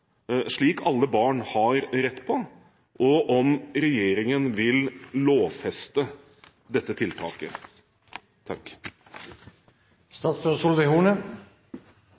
har rett på, og om regjeringen vil lovfeste dette tiltaket.